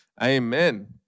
Amen